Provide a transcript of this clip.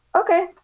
okay